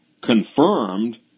confirmed